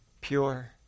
pure